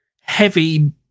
heavy